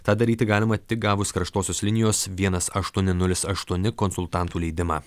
tą daryti galima tik gavus karštosios linijos vienas aštuoni nulis aštuoni konsultantų leidimą